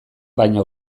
baino